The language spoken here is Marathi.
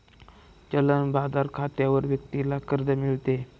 चलन बाजार खात्यावर व्यक्तीला कर्ज मिळते